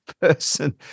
person